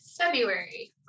February